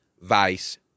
vice